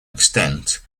extent